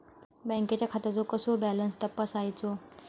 बँकेच्या खात्याचो कसो बॅलन्स तपासायचो?